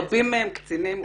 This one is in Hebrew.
רבים מהם קצינים בקבע.